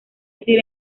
decir